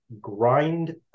grind